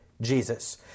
Jesus